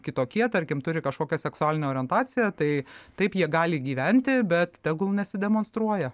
kitokie tarkim turi kažkokią seksualinę orientaciją tai taip jie gali gyventi bet tegul nesidemonstruoja